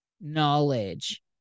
knowledge